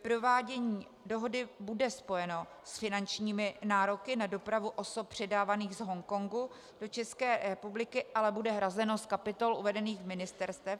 Provádění dohody bude spojeno s finančními nároky na dopravu osob předávaných z Hongkongu do České republiky, ale bude hrazeno z kapitol uvedených ministerstev.